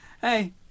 Hey